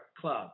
club